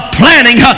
planning